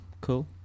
cool